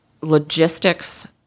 logistics